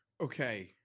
Okay